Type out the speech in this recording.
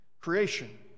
Creation